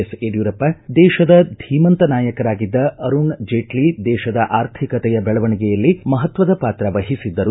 ಎಸ್ಯಡಿಯೂರಪ್ಪ ದೇಶದ ಧೀಮಂತ ನಾಯಕರಾಗಿದ್ದ ಅರುಣ್ ಜೇಟ್ಲ ದೇಶದ ಅರ್ಥಿಕತೆಯ ಬೆಳವಣಿಗೆಯಲ್ಲಿ ಮಹತ್ವದ ಪಾತ್ರವಹಿಸಿದ್ದರು